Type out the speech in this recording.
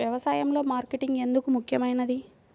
వ్యసాయంలో మార్కెటింగ్ ఎందుకు ముఖ్యమైనది?